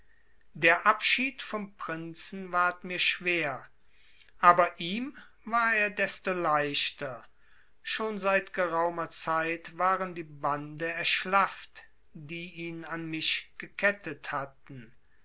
der abschied vom prinzen ward mir schwer aber ihm war er desto leichter schon seit geraumer zeit waren die bande erschlafft die ihn an mich gekettet hatten